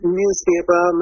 newspaper